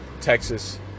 Texas